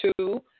Two